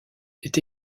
est